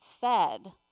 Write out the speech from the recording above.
fed